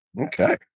okay